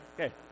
Okay